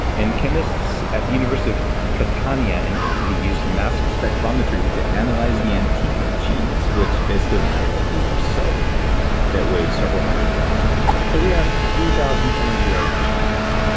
and chemists at the university of catania in italy used mass spectrometry to analyze the antique cheese which basically looked like a um piece of soap that weighed several hundred grams so we have three thousand two hundred year old cheese.